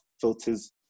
filters